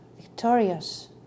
victorious